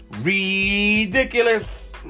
Ridiculous